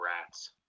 rats